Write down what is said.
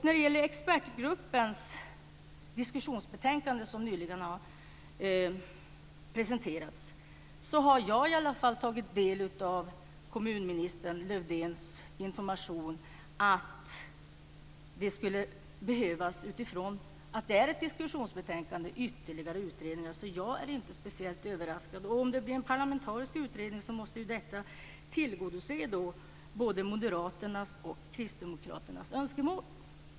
När det gäller expertgruppens diskussionsbetänkande som nyligen har presenterats har jag i alla fall tagit del av kommunminister Lövdéns information om att det, utifrån att det är ett diskussionsbetänkande, skulle behövas ytterligare utredningar. Så jag är inte speciellt överraskad. Och om det blir en parlamentarisk utredning måste ju detta tillgodose både Moderaternas och Kristdemokraternas önskemål.